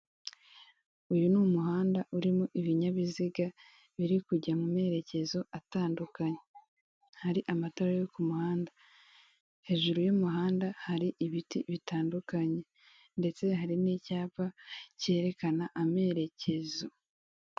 Uyu ni umuhanda urimo ibinyabiziga biri kujya mu merekezo atandukanye hari amatara yo ku muhanda, hejuru y'umuhanda hari ibiti bitandukanye ndetse hari n'icyapa cyerekana amerekezo.